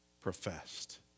professed